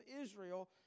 Israel